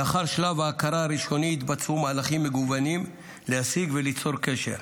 לאחר שלב ההכרה הראשוני התבצעו מהלכים מגוונים להשיג וליצור קשר.